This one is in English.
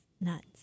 Nuts